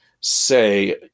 say